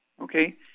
Okay